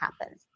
happen